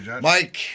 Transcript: Mike